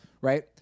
Right